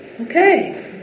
okay